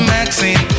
Maxine